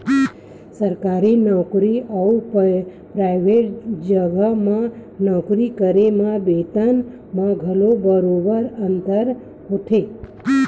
सरकारी नउकरी अउ पराइवेट जघा म नौकरी करे म बेतन म घलो बरोबर अंतर होथे